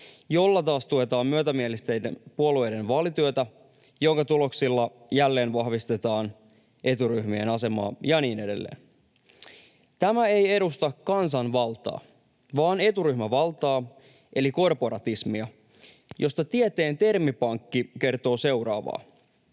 jolla taas tuetaan myötämielisten puolueiden vaalityötä, jonka tuloksilla jälleen vahvistetaan eturyhmien asemaa ja niin edelleen. Tämä ei edusta kansanvaltaa vaan eturyhmävaltaa eli korporatismia, josta Tieteen termipankki kertoo seuraavaa: